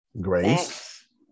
Grace